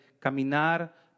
caminar